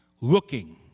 looking